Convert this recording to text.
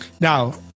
Now